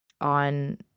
on